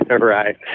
right